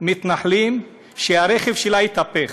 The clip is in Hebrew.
מתנחלים שהרכב שלה התהפך.